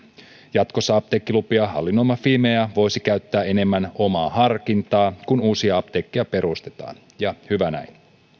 jatkossa apteekkilupia hallinnoima fimea voisi käyttää enemmän omaa harkintaa kun uusia apteekkeja perustetaan ja hyvä näin